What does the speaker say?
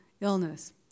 illness